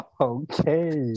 Okay